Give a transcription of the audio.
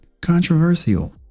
controversial